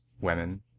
women